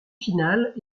finales